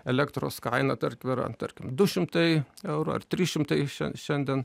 elektros kaina tarkim yra tarkim du šimtai eurų ar trys šimtai šia šiandien